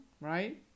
right